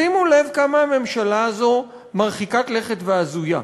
שימו לב כמה הממשלה הזאת מרחיקת לכת והזויה.